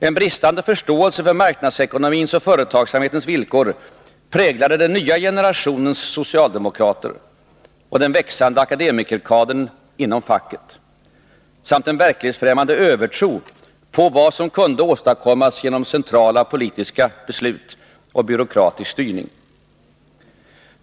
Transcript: En bristande förståelse för marknadsekonomins och företagsamhetens villkor präglade den nya generationens socialdemokrater och den växande akademikerkadern inom facket, likaså en verklighetsfrämmande övertro på vad som kunde åstadkommas genom centrala politiska beslut och byråkratisk styrning.